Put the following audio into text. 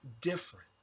different